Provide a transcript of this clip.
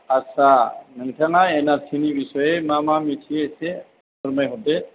आदसा नोंथाङा एनआरसिनि बिस्सयै मा मा मिथियो एसे फोरमाय हरदो